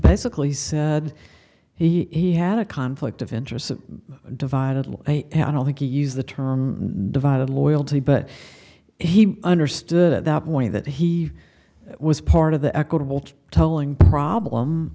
basically said he had a conflict of interest divided i don't think he used the term divided loyalty but he understood at that point that he was part of the equitable tolling problem